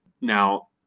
Now